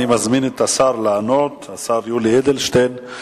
אני מזמין את השר יולי אדלשטיין לענות.